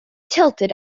tilted